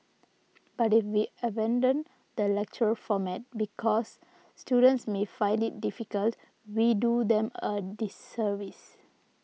but if we abandon the lecture format because students may find it difficult we do them a disservice